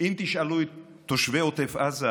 אם תשאלו את תושבי עוטף עזה,